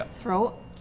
throat